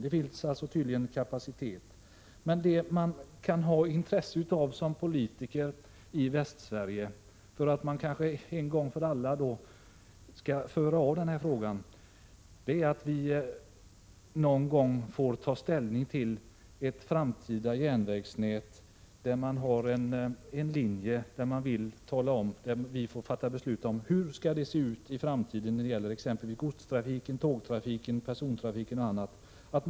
Det man som politiker i Västsverige kan ha intresse av för att en gång för alla avföra den här frågan är att någon gång få ta ställning till och fatta beslut om ett järnvägsnät på grundval av ett underlag där det klart framgår hur godstrafiken, persontrafiken och annat skall se ut i framtiden.